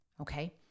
Okay